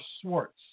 Swartz